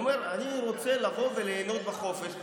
הוא אומר: אני רוצה לבוא וליהנות בחופש,